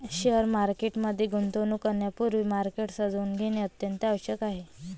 share market मध्ये गुंतवणूक करण्यापूर्वी मार्केट समजून घेणे अत्यंत आवश्यक आहे